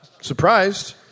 Surprised